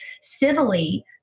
civilly